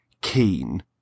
keen